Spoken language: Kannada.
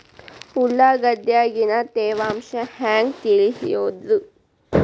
ಉಳ್ಳಾಗಡ್ಯಾಗಿನ ತೇವಾಂಶ ಹ್ಯಾಂಗ್ ತಿಳಿಯೋದ್ರೇ?